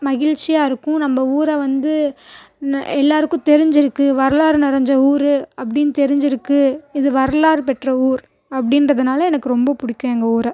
மகிழ்ச்சியாக இருக்கும் நம்ம ஊரை வந்து எல்லாருக்கும் தெரிஞ்சிருக்குது வரலாறு நெறஞ்ச ஊர் அப்படினு தெரிஞ்சிருக்குது இது வரலாறு பெற்ற ஊர் அப்படின்றதுனால எனக்கு ரொம்ப பிடிக்கும் எங்கள் ஊரை